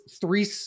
three